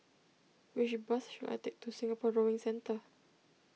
which bus should I take to Singapore Rowing Centre